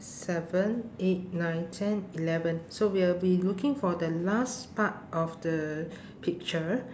seven eight nine ten eleven so we will be looking for the last part of the picture